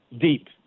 deep